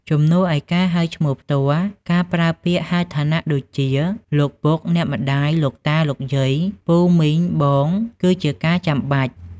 ជំនួសឲ្យការហៅឈ្មោះផ្ទាល់ ការប្រើពាក្យហៅឋានៈដូចជា លោកពុក អ្នកម្ដាយ លោកតា លោកយាយ ពូ មីង បង គឺជាការចាំបាច់។